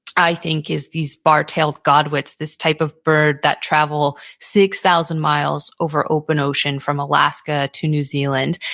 i think, is these bar-tailed godwits, this type of bird that travel six thousand miles over open ocean from alaska to new zealand.